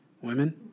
women